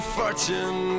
fortune